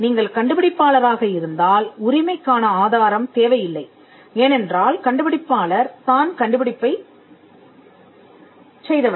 நீங்கள் கண்டுபிடிப்பாளராக இருந்தால் உரிமைக்கான ஆதாரம் தேவையில்லை ஏனென்றால் கண்டுபிடிப்பாளர் தான் கண்டுபிடிப்பைச் செய்தவர்